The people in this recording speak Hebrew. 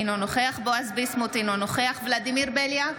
אינו נוכח בועז ביסמוט, אינו נוכח ולדימיר בליאק,